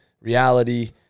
reality